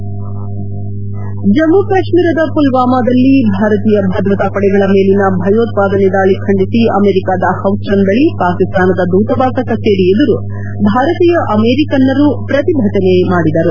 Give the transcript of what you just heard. head Jammu ಕಾಶ್ವೀರದ ಪುಲ್ವಾಮದಲ್ಲಿ ಭಾರತೀಯ ಭದ್ರತಾ ಪಡೆಗಳ ಮೇಲಿನ ಭಯೋತ್ವಾದನೆ ದಾಳಿ ಖಂಡಿಸಿ ಅಮೆರಿಕದ ಹೌಸ್ಲನ್ ಬಳಿ ಪಾಕಿಸ್ತಾನದ ಧೂತವಾಸ ಕಚೇರಿ ಎದುರು ಭಾರತೀಯ ಅಮೆರಿಕನ್ನರು ಪ್ರತಿಭಟನೆ ಮಾಡಿದರು